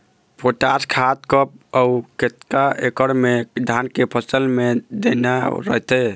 Potash खाद कब अऊ केतना एकड़ मे धान के फसल मे देना रथे?